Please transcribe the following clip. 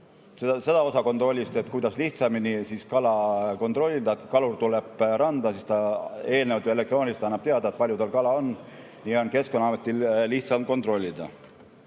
seda osa kontrollist, kuidas lihtsamini kala kontrollida ehk kui kalur tuleb randa, siis ta eelnevalt elektrooniliselt annab teada, palju tal kala on. Nii on Keskkonnaametil lihtsam kontrollida.